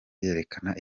yerekana